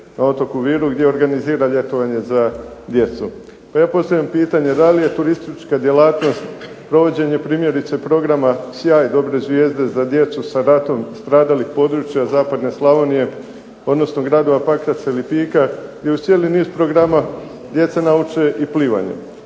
na otoku Viru gdje organizira ljetovanje za djecu. Pa ja postavljam pitanje, da li je turistička djelatnost provođenje primjerice programa "Sjaj dobre zvijezde" za djecu sa ratom stradalih područja zapadne Slavonije, odnosno gradova Pakraca i Lipika gdje uz cijeli niz programa djeca nauče i plivanje.